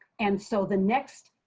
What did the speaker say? and so, the next,